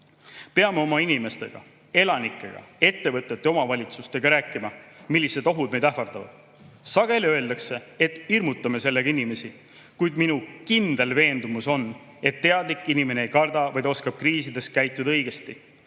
abi. Peame oma inimestega, elanikega, ettevõtetega, omavalitsustega rääkima, millised ohud meid ähvardavad. Sageli öeldakse, et hirmutame sellega inimesi. Kuid minu kindel veendumus on, et teadlik inimene ei karda, vaid oskab kriisides käituda õigesti.